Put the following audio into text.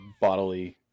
bodily